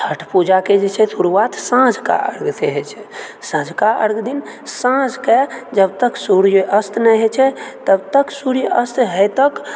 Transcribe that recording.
छठ पूजाके जे छै शुरुआत साँझके अर्घसँ होइत छै सँझका अर्घ दिन साँझके जब तक सूर्य अस्त नहि होइत छै तब तक सूर्य अस्त होए तक